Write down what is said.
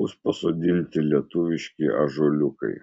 bus pasodinti lietuviški ąžuoliukai